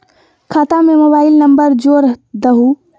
खाता में mobile number जोड़ दहु?